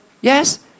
Yes